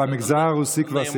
במגזר הרוסי כבר סיימת?